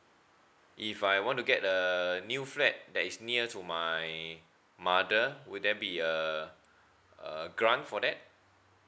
if I want to get a new flat that is near to my mother will there be uh uh grant for that